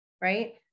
Right